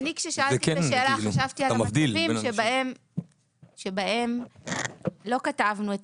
כשאני שאלתי את השאלה חשבתי על המצבים בהם לא כתבנו את